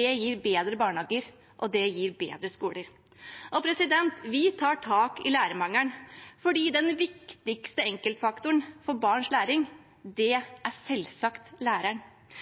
gir bedre barnehager og bedre skoler. Vi tar tak i lærermangelen, for den viktigste enkeltfaktoren for barns læring